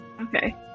Okay